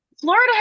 Florida